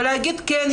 ושנגיד כן,